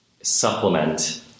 supplement